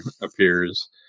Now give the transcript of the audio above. appears